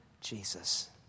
Jesus